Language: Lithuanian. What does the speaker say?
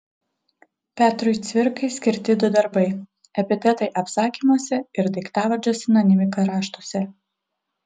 petrui cvirkai skirti du darbai epitetai apsakymuose ir daiktavardžio sinonimika raštuose